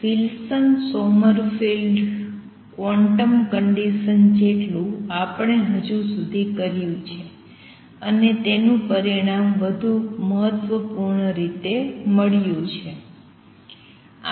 Wilson Sommerfeld quantum conditions જેટલું આપણે હજી સુધી કર્યું છે અને તેનું પરિણામ વધુ મહત્ત્વપૂર્ણ રીતે મળ્યું છે